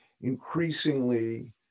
increasingly